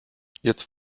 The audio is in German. jetzt